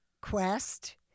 quest